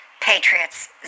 Patriots